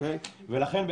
ולכן,